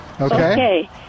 Okay